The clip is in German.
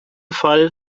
fall